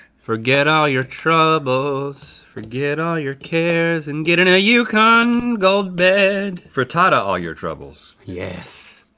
forget all your troubles forget all your cares and get in a yukon gold bed frittata all your troubles. yes!